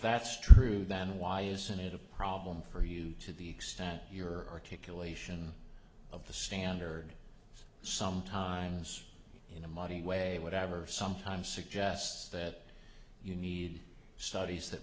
that's true then why isn't it a problem for you to the extent your articulation of the standard sometimes in a muddy way whatever sometimes suggests that you need studies that